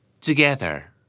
Together